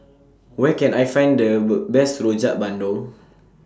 Where Can I Find The Best Rojak Bandung